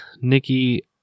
Nikki